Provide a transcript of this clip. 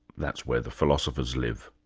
that's where the philosophers live.